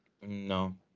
No